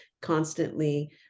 constantly